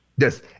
Yes